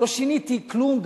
גם לא שיניתי כלום.